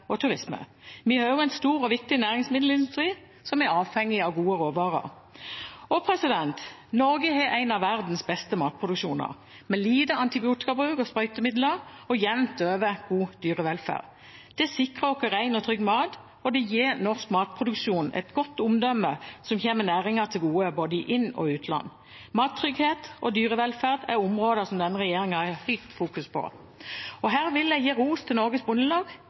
og turisme. Vi har også en stor og viktig næringsmiddelindustri, som er avhengig av gode råvarer. Norge har en av verdens beste matproduksjoner, med lite antibiotikabruk og sprøytemidler og jevnt over god dyrevelferd. Det sikrer oss ren og trygg mat, og det gir norsk matproduksjon et godt omdømme, som kommer næringen til gode i både inn- og utland. Mattrygghet og dyrevelferd er områder som denne regjeringen har høyt fokus på. Her vil jeg gi ros til Norges Bondelag,